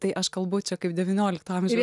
tai aš kalbu čia kaip devyniolikto amžiaus